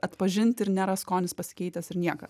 atpažint ir nėra skonis pasikeitęs ir nieka